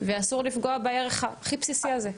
ואסור לפגוע בערך הכי בסיסי הזה.